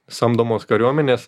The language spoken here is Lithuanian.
samdomos kariuomenės